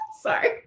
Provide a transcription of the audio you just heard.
Sorry